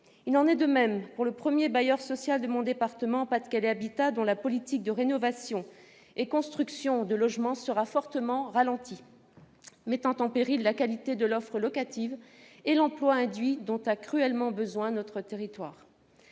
Il en est de même pour le premier bailleur social de mon département, Pas-de-Calais habitat, dont la politique de rénovation et de construction de logements sera fortement ralentie, mettant en péril la qualité de l'offre locative et l'emploi induit dont a cruellement besoin notre territoire.